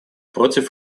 против